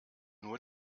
nur